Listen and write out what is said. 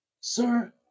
Sir